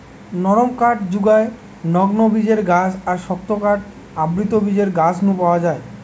নরম কাঠ জুগায় নগ্নবীজের গাছ আর শক্ত কাঠ আবৃতবীজের গাছ নু পাওয়া যায়